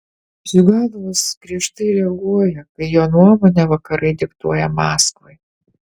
ziuganovas griežtai reaguoja kai jo nuomone vakarai diktuoja maskvai